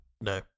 no